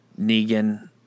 Negan